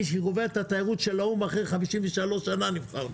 שקובע את התיירות של האו"ם אחרי 53 שנה נבחרנו.